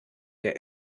der